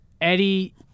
Eddie